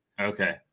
Okay